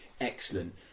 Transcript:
Excellent